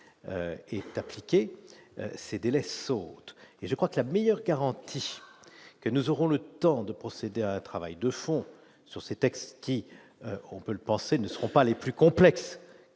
est appliquée ces délais et je crois que la meilleure 40 que nous aurons le temps de procéder à un travail de fond sur ces textes qui, on peut le penser, ne seront pas les plus complexes